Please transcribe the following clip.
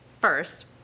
first